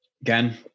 Again